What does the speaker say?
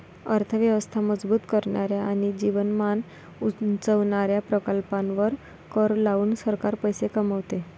अर्थ व्यवस्था मजबूत करणाऱ्या आणि जीवनमान उंचावणाऱ्या प्रकल्पांवर कर लावून सरकार पैसे कमवते